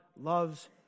loves